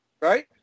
Right